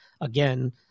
again